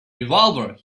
revolver